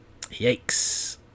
yikes